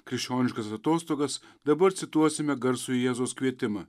krikščioniškas atostogas dabar cituosime garsųjį jėzaus kvietimą